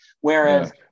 Whereas